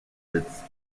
its